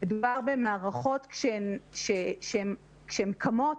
מדובר במערכות שכאשר הן קמות